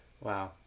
Wow